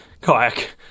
Kayak